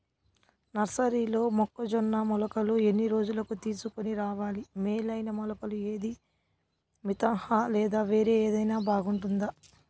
నర్సరీలో మొక్కజొన్న మొలకలు ఎన్ని రోజులకు తీసుకొని రావాలి మేలైన మొలకలు ఏదీ? మితంహ లేదా వేరే ఏదైనా బాగుంటుందా?